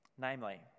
Namely